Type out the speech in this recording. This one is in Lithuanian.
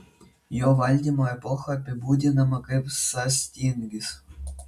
jo valdymo epocha apibūdinama kaip sąstingis